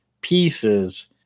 pieces